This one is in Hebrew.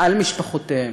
על משפחותיהם,